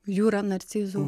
jūra narcizų